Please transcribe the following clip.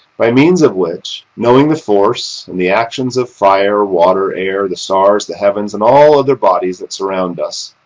by means of which, knowing the force and the actions of fire, water, air, the stars, the heavens, and all other bodies that surround us,